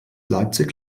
leipzig